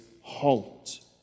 halt